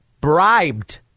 bribed